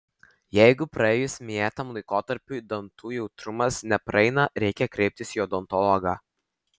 jeigu praėjus minėtam laikotarpiui dantų jautrumas nepraeina reikia kreiptis į odontologą